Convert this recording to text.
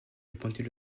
répondit